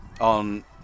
on